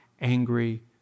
angry